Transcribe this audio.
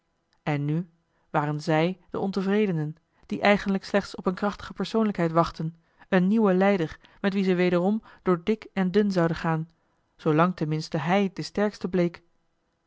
en nu waren zij de ontevredenen die eigenlijk slechts op een krachtige persoonlijkheid wachtten een nieuwen leider met wien ze wederom door dik en dun zouden gaan zoolang ten minste hij de sterkste bleek